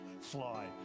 Fly